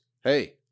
hey